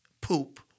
poop